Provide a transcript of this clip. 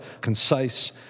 concise